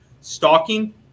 stalking